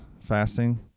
fasting